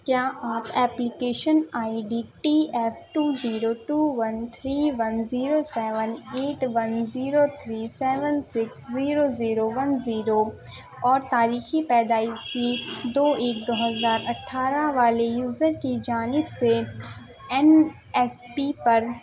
کیا آپ application I D T F two zero two one three one zero seven eight one zero three seven six zero zero one zero اور تاریخی پیدائشی دو ایک دو ہزار اٹھارہ والے یوزر کی جانب سے این ایس پی پر